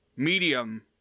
medium